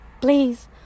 Please